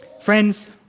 Friends